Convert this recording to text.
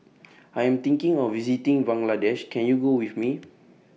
I Am thinking of visiting Bangladesh Can YOU Go with Me